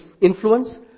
influence